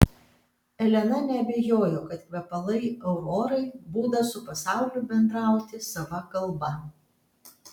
elena neabejojo kad kvepalai aurorai būdas su pasauliu bendrauti sava kalba